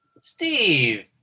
Steve